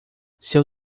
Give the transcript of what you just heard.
seu